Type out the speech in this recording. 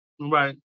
right